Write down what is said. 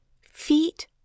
feet